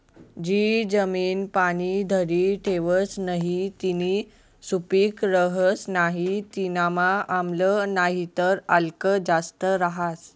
जी जमीन पाणी धरी ठेवस नही तीनी सुपीक रहस नाही तीनामा आम्ल नाहीतर आल्क जास्त रहास